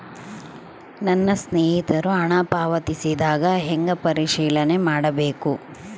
ನನ್ನ ಸ್ನೇಹಿತರು ಹಣ ಪಾವತಿಸಿದಾಗ ಹೆಂಗ ಪರಿಶೇಲನೆ ಮಾಡಬೇಕು?